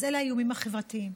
אז אלה האיומים החברתיים.